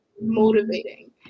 motivating